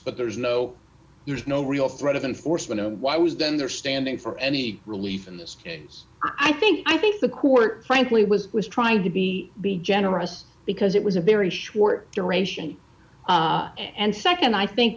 but there's no there's no real threat of an force them why was then they're standing for any relief and this is i think i think the court frankly was was trying to be be generous because it was a very short duration and nd i think